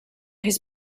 his